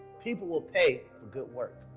people will pay for good work.